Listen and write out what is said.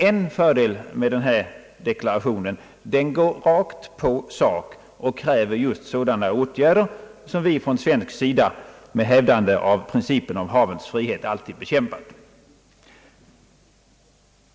En fördel med den här deklarationen är att den går rakt på sak och kräver just sådana åtgärder, som vi från svensk sida med hävdande av principen om havens frihet alltid bekämpat.